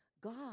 God